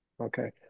Okay